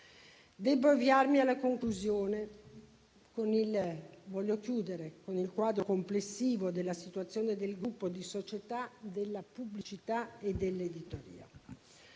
Devo avviarmi alla conclusione e voglio chiudere con il quadro complessivo della situazione del gruppo di società della pubblicità e dell'editoria.